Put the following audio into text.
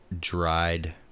dried